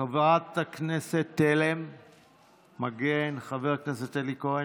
חברת הכנסת תלם מגן, חבר הכנסת אלי כהן,